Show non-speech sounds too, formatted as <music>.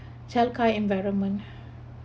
child care environment <breath>